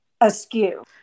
askew